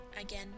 again